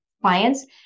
clients